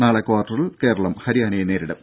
നാളെ ക്വാർട്ടറിൽ കേരളം ഹരിയാനയെ നേരിടും